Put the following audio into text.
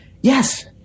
Yes